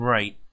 Right